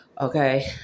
Okay